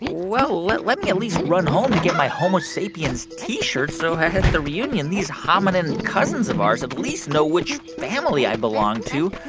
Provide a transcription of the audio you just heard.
well, let let me at least run home and get my homo sapiens t-shirt, so at the reunion these hominin cousins of ours at least know which family i belong to.